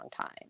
time